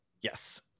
Yes